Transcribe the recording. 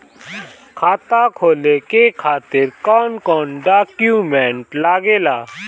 खाता खोले के खातिर कौन कौन डॉक्यूमेंट लागेला?